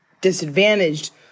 disadvantaged